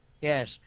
Yes